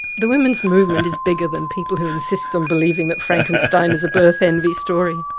the women's movement is bigger than people who insist on believing that frankenstein's a birth-envy story.